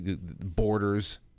borders